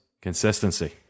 Consistency